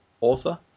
author